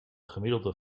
gemiddelde